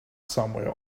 somewhere